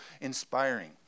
inspiring